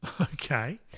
Okay